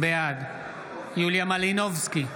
בעד יוליה מלינובסקי,